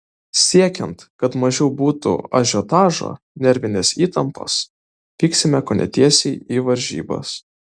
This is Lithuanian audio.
siekiant kad mažiau būtų ažiotažo nervinės įtampos vyksime kone tiesiai į varžybas